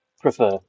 prefer